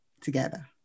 together